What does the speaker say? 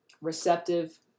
receptive